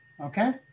okay